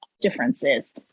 differences